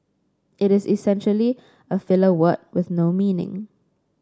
it is essentially a filler word with no meaning